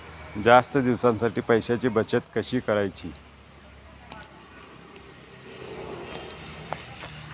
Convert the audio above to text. जास्त दिवसांसाठी पैशांची बचत कशी करायची?